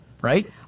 Right